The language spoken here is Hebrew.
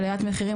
עליית מחירים,